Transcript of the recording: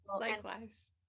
likewise